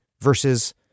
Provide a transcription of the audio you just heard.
versus